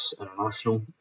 International